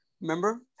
Remember